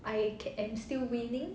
I am still winning